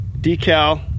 decal